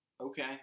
okay